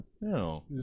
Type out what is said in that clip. No